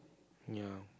ya